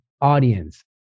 audience